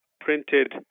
printed